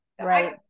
Right